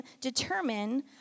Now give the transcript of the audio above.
determine